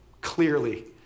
clearly